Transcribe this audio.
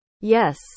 Yes